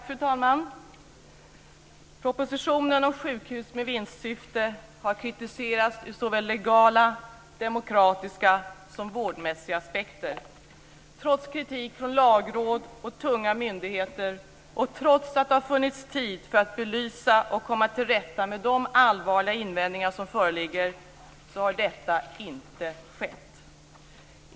Fru talman! Propositionen om sjukhus med vinstsyfte har kritiserats ur såväl legala och demokratiska som vårdmässiga aspekter. Trots kritik från Lagrådet och tunga myndigheter och trots att det har funnits tid för att belysa och komma till rätta med de allvarliga invändningar som föreligger har detta inte skett.